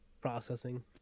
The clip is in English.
processing